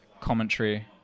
commentary